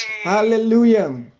Hallelujah